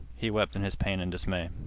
he wept in his pain and dismay.